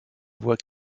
voit